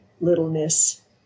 littleness